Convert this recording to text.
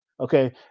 Okay